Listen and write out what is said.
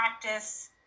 practice